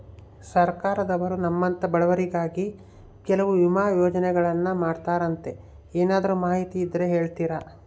ಸರ್ಕಾರದವರು ನಮ್ಮಂಥ ಬಡವರಿಗಾಗಿ ಕೆಲವು ವಿಮಾ ಯೋಜನೆಗಳನ್ನ ಮಾಡ್ತಾರಂತೆ ಏನಾದರೂ ಮಾಹಿತಿ ಇದ್ದರೆ ಹೇಳ್ತೇರಾ?